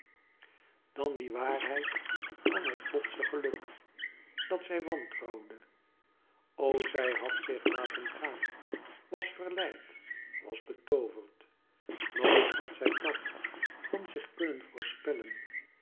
dan die waarheid van het plotse geluk dat zij wantrouwde o zij had zich laten gaan was verleid was betooverd nooit had zij dat van zich kunnen voorspellen